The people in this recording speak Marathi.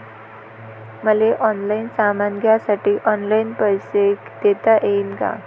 मले ऑनलाईन सामान घ्यासाठी ऑनलाईन पैसे देता येईन का?